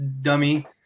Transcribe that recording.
dummy